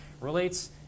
relates